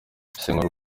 isesengura